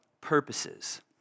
purposes